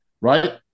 right